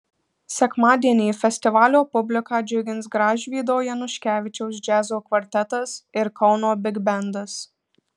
sekmadienį festivalio publiką džiugins gražvydo januškevičiaus džiazo kvartetas ir kauno bigbendas